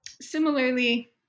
Similarly